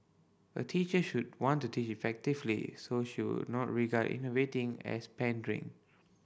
a teacher should want to teach effectively so she would not regard innovating as pandering